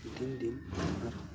ᱫᱤᱱ ᱫᱤᱱ ᱟᱨ